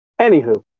Anywho